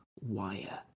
wire